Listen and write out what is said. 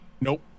Nope